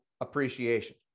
appreciation